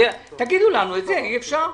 אני מסכים שתגידו לנו מה אי אפשר.